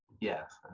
Yes